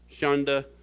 Shunda